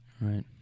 right